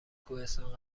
کوهستان